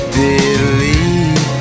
believe